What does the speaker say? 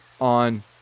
on